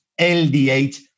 LDH